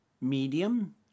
Medium